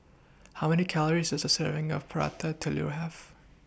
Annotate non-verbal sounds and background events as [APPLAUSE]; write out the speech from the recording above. How Many Calories Does A Serving of [NOISE] Prata Telur Have [NOISE]